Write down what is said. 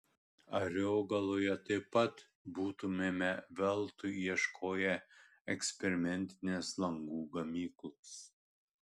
ariogaloje taip pat būtumėme veltui ieškoję eksperimentinės langų gamyklos